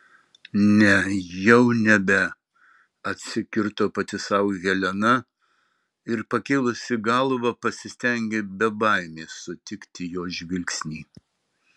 ne jau nebe atsikirto pati sau helena ir pakėlusi galvą pasistengė be baimės sutikti jo žvilgsnį